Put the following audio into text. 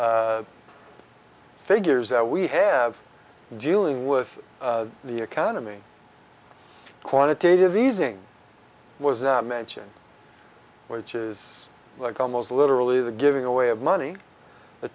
influential figures that we have dealing with the economy quantitative easing was not mentioned which is like almost literally the giving away of money